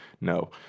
No